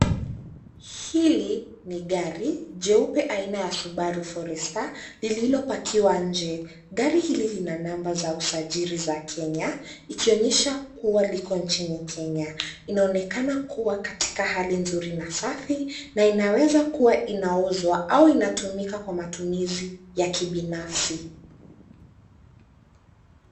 Hili ni gari jeupu aina ya Subaru forester lililo pakiwa nje. Gari hili lina namba za usajiri za Kenya, likionyesha kuwa liko nchini Kenya. Inaonekana kuwa katika hali nzuri na safi na inaweza kuwa inauzwa au inatumika kwa matumizi ya kibinafsi.